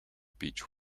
beech